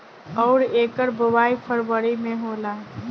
अउर एकर बोवाई फरबरी मे होला